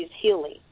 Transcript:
healing